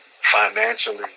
financially